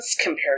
compared